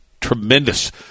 Tremendous